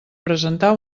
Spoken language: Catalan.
presentar